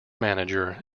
manager